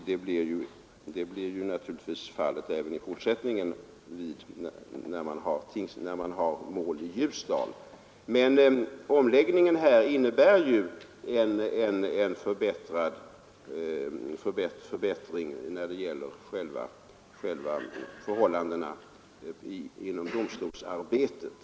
Det blir naturligtvis fallet även i fortsättningen, då man har mål i Ljusdal, men omläggningen innebär en förbättring när det gäller förhållandena inom domstolsarbetet.